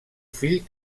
fill